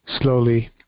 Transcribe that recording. slowly